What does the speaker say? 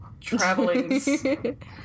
travelings